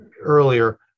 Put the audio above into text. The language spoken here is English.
earlier